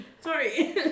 Sorry